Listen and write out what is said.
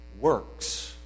works